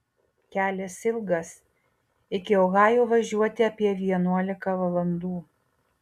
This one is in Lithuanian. kelias ilgas iki ohajo važiuoti apie vienuolika valandų